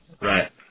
Right